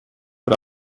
but